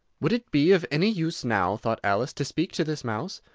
would it be of any use now, thought alice, to speak to this mouse?